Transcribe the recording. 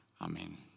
Amen